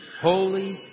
holy